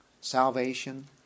salvation